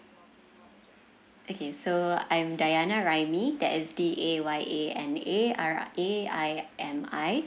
okay so I'm dayana raimi that is D A Y A N A R A I M I